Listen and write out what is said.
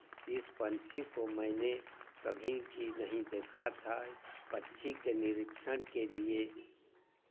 इस पंछी को मैंने कभी भी नहीं देखा था पक्षी के निरीक्षण के लिए